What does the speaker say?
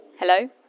Hello